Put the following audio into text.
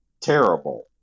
terrible